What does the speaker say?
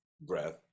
breath